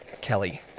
Kelly